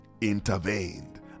intervened